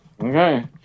Okay